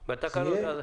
בתקנות.